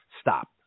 stop